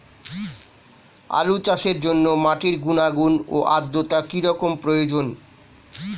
আলু চাষের জন্য মাটির গুণাগুণ ও আদ্রতা কী রকম প্রয়োজন?